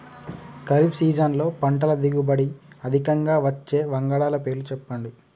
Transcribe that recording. ఖరీఫ్ సీజన్లో పంటల దిగుబడి అధికంగా వచ్చే వంగడాల పేర్లు చెప్పండి?